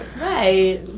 right